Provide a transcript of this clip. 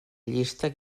llista